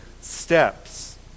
steps